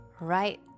right